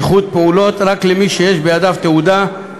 ייחוד פעולות רק למי שיש בידיו תעודה,